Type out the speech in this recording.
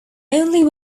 only